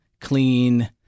clean